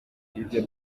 hirya